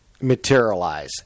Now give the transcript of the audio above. materialize